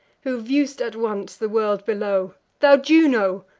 who view'st at once the world below thou juno,